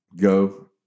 go